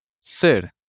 ser